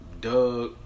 Doug